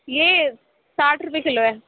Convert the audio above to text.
یہ ساٹھ روپئے کلو ہے